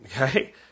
Okay